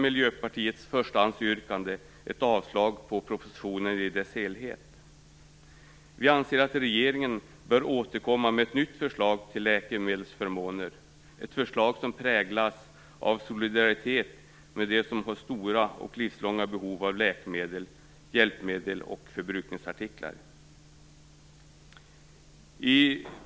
Miljöpartiets förstahandsyrkande är ett avslag på propositionen i dess helhet. Vi anser att regeringen bör återkomma med ett nytt förslag till läkemedelsförmåner, ett förslag som präglas av solidaritet med dem som har stora och livslånga behov av läkemedel, hjälpmedel och förbrukningsartiklar.